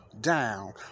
down